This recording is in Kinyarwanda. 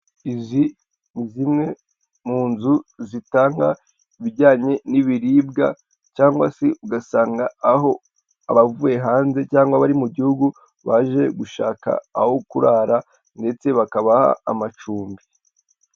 Izi ni zimwe mu nzu zitanga ibijyanye n'ibiribwa cyangwa se ugasanga aho abavuye hanze cyangwa bari mu gihugu baje gushaka aho kurara, ndetse bakabaha amacumbi.